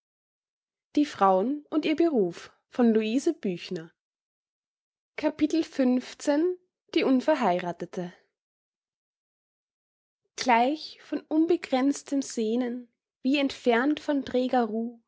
die unverheirathete gleich von unbegränztem sehnen wie entfernt von